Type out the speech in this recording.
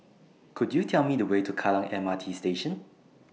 Could YOU Tell Me The Way to Kallang M R T Station